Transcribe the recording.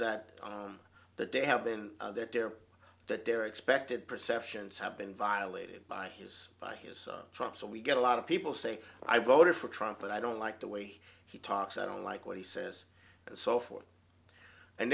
that that they have been that they're that they're expected perceptions have been violated by his by his truck so we get a lot of people saying i voted for trump but i don't like the way he talks i don't like what he says and so forth and